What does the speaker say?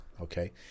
okay